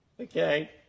Okay